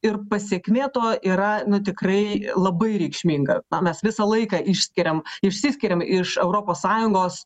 ir pasekmė to yra nu tikrai labai reikšminga na mes visą laiką išskiriam išsiskiriam iš europos sąjungos